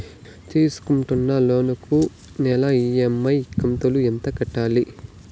తీసుకుంటున్న లోను కు నెల ఇ.ఎం.ఐ కంతు ఎంత కట్టాలి?